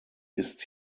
ist